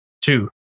Two